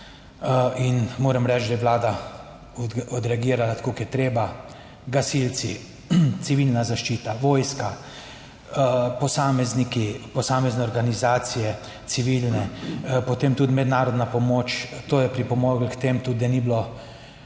In moram reči, da je Vlada odreagirala tako kot je treba, gasilci, civilna zaščita, vojska, posamezniki, posamezne organizacije, civilne, potem tudi mednarodna pomoč. To je pripomoglo k temu tudi, da ni bilo